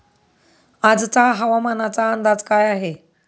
आजचा हवामानाचा अंदाज काय आहे?